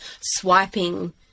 swiping